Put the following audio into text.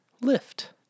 Lift